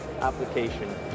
application